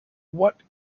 what